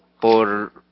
por